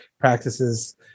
practices